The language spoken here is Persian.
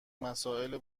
مسائل